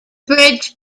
bridge